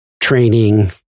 training